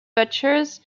butchers